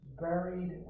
buried